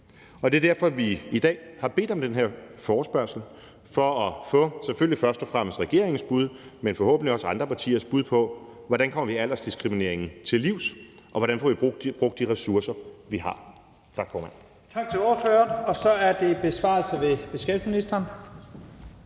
Det er derfor, at vi i dag har bedt om den her forespørgselsdebat. Det er selvfølgelig først og fremmest for at få regeringens, men forhåbentlig også andre partiers bud på, hvordan vi kommer aldersdiskrimineringen til livs, og hvordan vi får brugt de ressourcer, vi har. Tak, formand.